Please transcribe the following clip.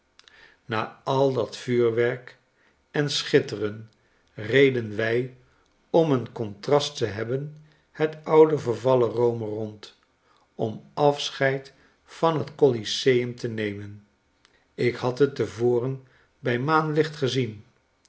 na al dat vuurwerk en schitteren reden wij om een contrast te hebbon het oude vervallen rome rond om afscheid van het coliseum te nemen ik had het te voren bij maanlicht gezien